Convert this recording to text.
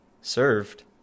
served